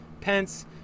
Pence